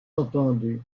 entendu